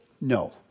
No